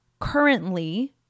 currently